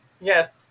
Yes